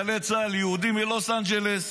יהודים בלוס אנג'לס